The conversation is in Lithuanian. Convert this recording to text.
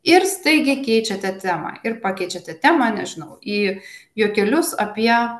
ir staigiai keičiate temą ir pakeičiate temą nežinau į juokelius apie